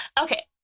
Okay